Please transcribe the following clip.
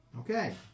Okay